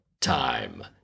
time